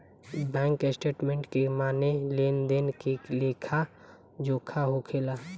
bank statement के माने लेन देन के लेखा जोखा होखेला